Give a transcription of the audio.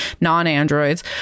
non-androids